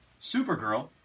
Supergirl